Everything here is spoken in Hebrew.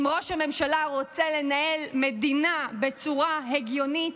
אם ראש הממשלה רוצה לנהל מדינה בצורה הגיונית,